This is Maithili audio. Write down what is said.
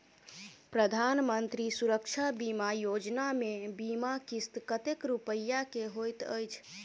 प्रधानमंत्री सुरक्षा बीमा योजना मे बीमा किस्त कतेक रूपया केँ होइत अछि?